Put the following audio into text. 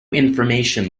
information